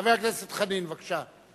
חבר הכנסת חנין, בבקשה.